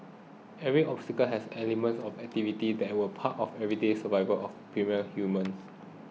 every obstacle has elements of activities that were part of everyday survival for the primal human